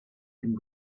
and